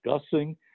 discussing